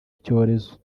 icyorezo